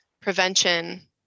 prevention